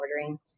ordering